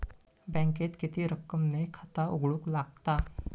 बँकेत किती रक्कम ने खाता उघडूक लागता?